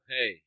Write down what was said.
Hey